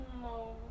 No